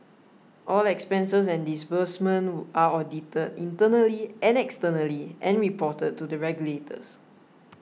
all expenses and disbursements are audited internally and externally and reported to the regulators